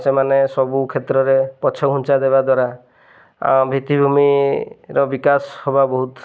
ସେମାନେ ସବୁ କ୍ଷେତ୍ରରେ ପଛ ଘୁଞ୍ଚା ଦେବା ଦ୍ୱାରା ଭିତ୍ତିଭୂମିର ବିକାଶ ହବା ବହୁତ